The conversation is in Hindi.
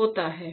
होता है